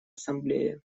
ассамблее